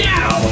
Now